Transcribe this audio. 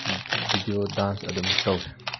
video dance ꯑꯗꯨꯝ ꯇꯧꯋꯤ